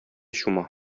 чума